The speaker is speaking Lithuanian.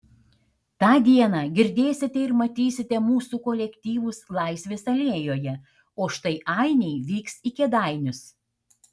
tą dieną girdėsite ir matysite mūsų kolektyvus laisvės alėjoje o štai ainiai vyks į kėdainius